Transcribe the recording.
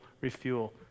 refuel